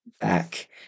back